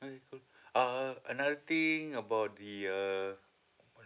uh another thing about the uh what